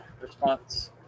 response